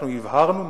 אנחנו הבהרנו,